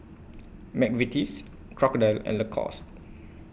Mcvitie's Crocodile and Lacoste